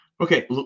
Okay